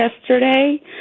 yesterday